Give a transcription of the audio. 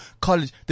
college